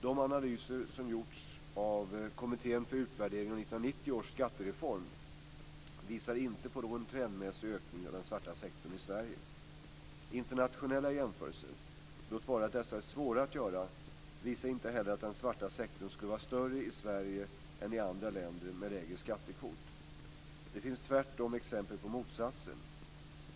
De analyser som gjordes av visade inte på någon trendmässig ökning av den svarta sektorn i Sverige. Internationella jämförelser - låt vara att dessa är svåra att göra - visar inte heller att den svarta sektorn skulle vara större i Sverige än i andra länder med lägre skattekvot. Det finns tvärtom exempel på motsatsen.